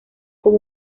con